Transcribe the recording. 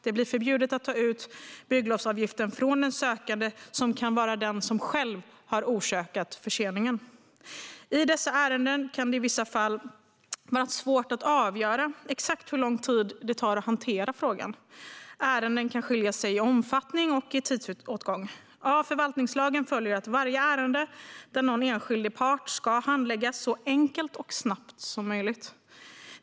Det blir förbjudet att ta ut bygglovsavgiften från den sökande, som kan vara den som själv har orsakat förseningen. I dessa ärenden kan det i vissa fall vara svårt att avgöra exakt hur lång tid det tar att hantera frågan. Ärenden kan skilja sig i omfattning och tidsåtgång. Av förvaltningslagen följer att varje ärende där någon enskild är part ska handläggas så enkelt och snabbt som möjligt.